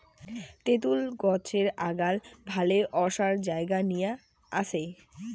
তেতুল গছের আগাল ভালে ওসার জাগা নিয়া আছে